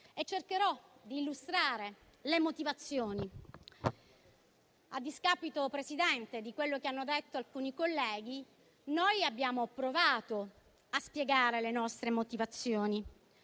Cercherò di illustrare le motivazioni. Signor Presidente, a discapito di quello che hanno detto alcuni colleghi, abbiamo provato a spiegare le nostre motivazioni,